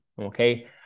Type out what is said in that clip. okay